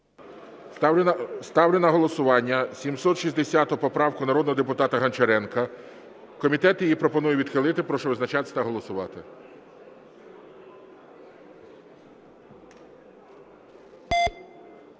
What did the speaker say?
Ставлю на голосування 760 поправку народного депутата Гончаренка. Комітет її пропонує відхилити. Прошу визначатися та голосувати.